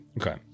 Okay